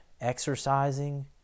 exercising